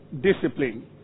discipline